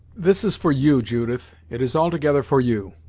this is for you, judith it is altogether for you.